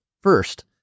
first